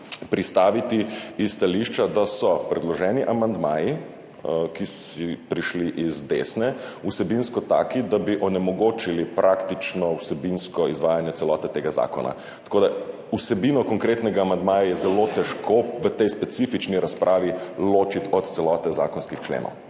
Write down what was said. pristaviti na podlagi stališča, da so predloženi amandmaji, ki so prišli z desne, vsebinsko taki, da bi onemogočili praktično vsebinsko izvajanje celote tega zakona. Vsebino konkretnega amandmaja je tako v tej specifični razpravi zelo težko ločiti od celote zakonskih členov.